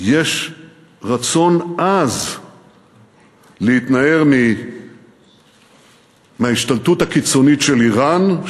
יש רצון עז להתנער מההשתלטות הקיצונית של איראן,